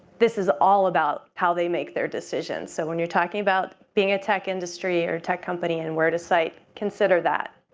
this is all about how they make their decisions. so when you're talking about being a tech industry or a tech company and where to site, consider that.